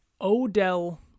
Odell